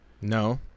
No